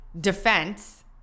defense